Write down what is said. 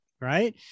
right